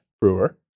brewer